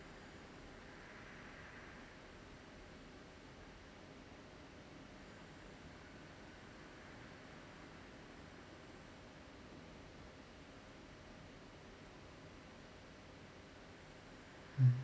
mm